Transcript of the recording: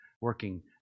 working